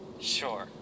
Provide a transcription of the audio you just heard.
Sure